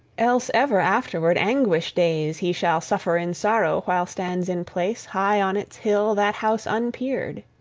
else ever afterward anguish-days he shall suffer in sorrow while stands in place high on its hill that house unpeered!